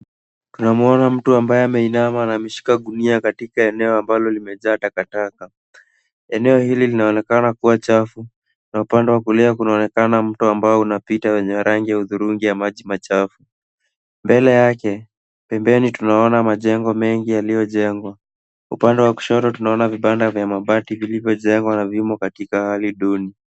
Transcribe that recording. Tunamwona mtu ambaye ameinama na ameshika gunia katika eneo ambalo limejaa taka taka. Eneo hili linaonekana kuwa chafu na upande wa kulia kunaonekana mto ambao unapita wenye rangi ya hudhurungi ya maji machafu. Mbele yake, pembeni tunaona majengo mengi yaliyojengwa. Upande wa kushoto tunaona vibanda vya mabati vilivyojengwa na vimo katika hali duni.